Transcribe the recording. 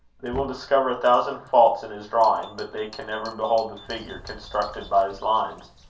they will discover a thousand faults in his drawing, but they can never behold the figure constructed by his lines,